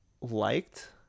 liked